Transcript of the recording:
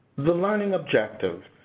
the learning objective.